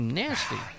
nasty